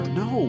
no